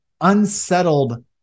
unsettled